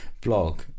blog